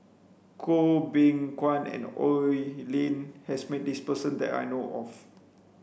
Goh Beng Kwan and Oi Lin has met this person that I know of